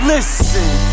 Listen